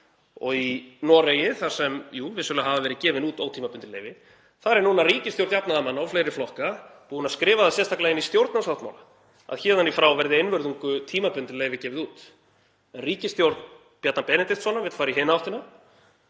Í Noregi, þar sem vissulega hafa jú verið gefin út ótímabundin leyfi, hefur ríkisstjórn jafnaðarmanna og fleiri flokka skrifað það sérstaklega inn í stjórnarsáttmála að héðan í frá verði einvörðungu tímabundin leyfi gefin út. En ríkisstjórn Bjarna Benediktssonar vill fara í hina áttina.